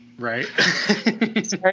Right